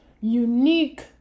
unique